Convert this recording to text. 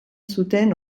zuten